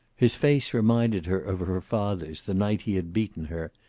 his face reminded her of her father's the night he had beaten her,